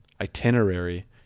Itinerary